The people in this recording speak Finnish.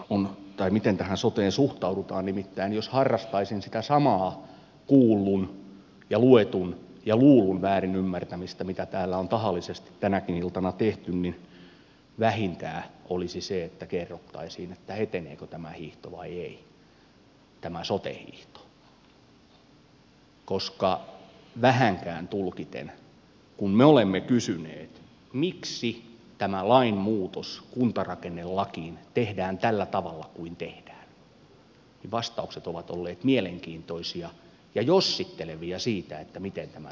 on tai miten tähän soteen suhtaudutaan nimittäin jos harrastaisin sitä samaa kuullun ja luetun ja luullun väärinymmärtämistä mitä täällä on tahallisesti tänäkin iltana tehty niin vähintä olisi se että kerrottaisiin eteneekö tämä hiihto vai ei tämä sote hiihto koska vähänkään tulkiten kun me olemme kysyneet miksi tämä lainmuutos kuntarakennelakiin tehdään tällä tavalla kuin tehdään niin vastaukset ovat olleet mielenkiintoisia ja jossittelevia siitä että miten tämän soten oikein käykään